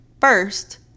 First